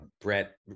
Brett